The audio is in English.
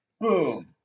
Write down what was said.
Boom